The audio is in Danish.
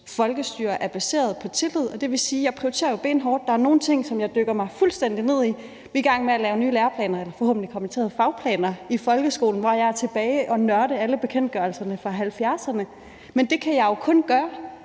folkestyre er baseret på tillid. Jeg prioriterer jo benhårdt; der er nogle ting, som jeg dykker fuldstændig ned i. Vi er i gang med at lave nye læreplaner – forhåbentlig kommer det til at hedde fagplaner – i folkeskolen, og der var jeg tilbage at nørde alle bekendtgørelserne fra 1970'erne. Men det kan jeg jo kun gøre,